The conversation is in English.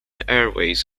airways